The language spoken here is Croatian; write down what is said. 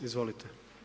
Izvolite.